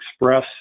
Express